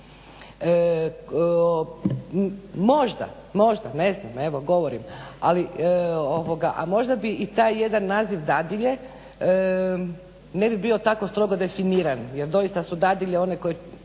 možda, ne znam, evo govorim, ali, a možda bi i taj jedan naziv dadilje ne bi bio tako strogo definiran, jer doista su dadilje one koje